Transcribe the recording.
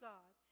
God